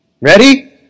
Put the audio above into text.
ready